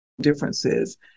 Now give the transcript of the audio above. differences